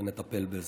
ונטפל בזה.